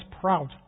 proud